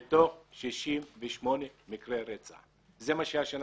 עוד שבועיים עד סוף השנה